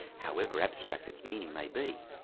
however abstract its meaning may be,